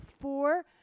four